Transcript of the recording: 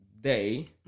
day